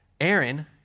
Aaron